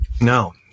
No